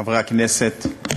חברי הכנסת,